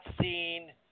seen